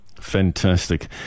Fantastic